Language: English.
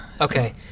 okay